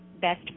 best